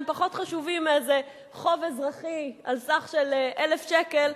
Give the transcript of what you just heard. הם פחות חשובים מאיזה חוב אזרחי על סך של 1,000 שקל,